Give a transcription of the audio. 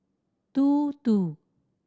two two